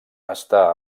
està